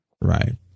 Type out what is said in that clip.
Right